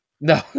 No